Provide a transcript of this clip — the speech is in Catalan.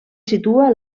situa